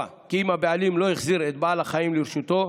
כי אם הבעלים לא החזיר את בעל החיים לרשותו,